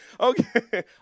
Okay